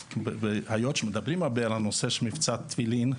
היות שמדברים הרבה על הנושא של מבצע תפילין,